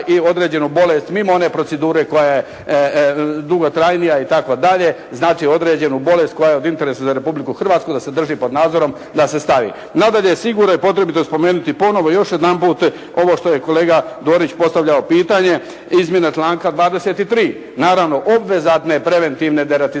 i određenu bolest mimo one procedure koja je dugotrajnija itd. znači određenu bolest koja je od interesa za Republiku Hrvatsku da se drži pod nadzorom da se stavi. Nadalje, sigurno je potrebito spomenuti ponovo još jedanput ovo što je kolega Dorić postavljao pitanje, izmjene članka 23. naravno obvezatne preventivne deratizacije.